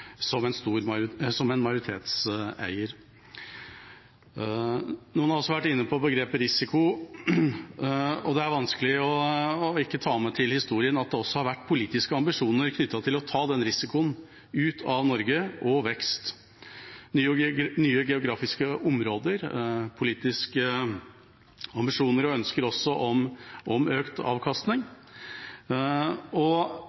majoritetseier. Noen har også vært inne på begrepet «risiko». Det er vanskelig å ikke ta med i historien at det har vært politiske ambisjoner knyttet til å ta den risikoen ut av Norge, og til vekst – nye geografiske områder, politiske ambisjoner og ønsker om økt avkastning. Vi kan ikke skyve under teppet at det har vært en debatt om både skiferolje og